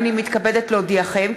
הנני מתכבדת להודיעכם,